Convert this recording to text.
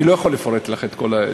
אני לא יכול לפרט לך את הכול.